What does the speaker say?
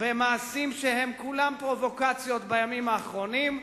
במעשים שהם כולם פרובוקציות בימים האחרונים,